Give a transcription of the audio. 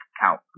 count